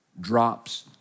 drops